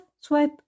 swipe